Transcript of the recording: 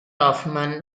hoffman